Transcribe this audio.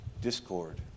discord